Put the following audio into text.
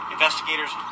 Investigators